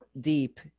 deep